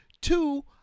Two